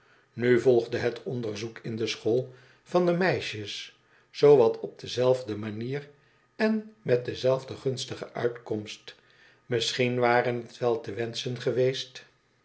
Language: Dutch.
nu volgde het onderzoek in de school van de meisjes zoo wat op dezelfde manier en met dezelfde gunstige uitkomst misschien ware het wel te wenschen geweest